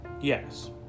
Yes